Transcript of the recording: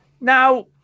Now